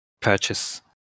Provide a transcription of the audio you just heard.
purchase